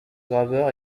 graveur